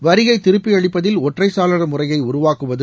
வரியை திருப்பி அளிப்பதில் ஒற்றை சாளர முறையை உருவாக்குவது